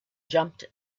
jumped